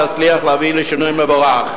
נצליח להביא לשינוי מבורך.